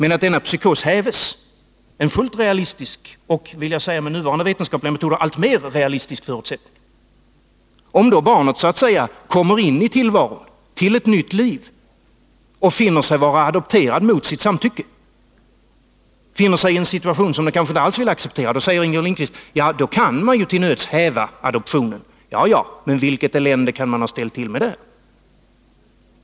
Om denna psykos hävs, vilket är en fullt realistisk förutsättning — med nuvarande vetenskapliga metoder en alltmer realistisk förutsättning — kan barnet så att säga komma in i ett nytt liv och finna sig vara adopterat utan sitt samtycke, befinna sig i en situation som det kanske inte alls vill acceptera. Då säger Inger Lindquist att man till nöds kan häva adoptionen. Ja, men vilket elände kan man inte dessförinnan ha ställt till med?